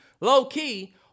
low-key